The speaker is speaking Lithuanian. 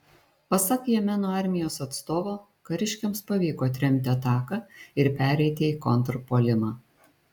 pasak jemeno armijos atstovo kariškiams pavyko atremti ataką ir pereiti į kontrpuolimą